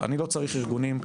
אני לא צריך ארגונים,